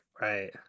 Right